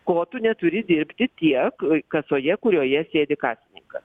ko tu neturi dirbti tiek kasoje kurioje sėdi kasininkas